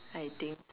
I think